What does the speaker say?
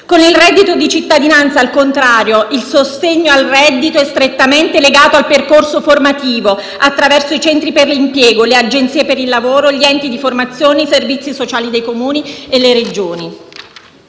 Con il reddito di cittadinanza, al contrario, il sostegno al reddito è strettamente legato al percorso formativo attraverso i centri per l'impiego, le agenzie per il lavoro, gli enti di formazione, i servizi sociali dei Comuni e le Regioni.